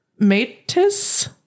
Matis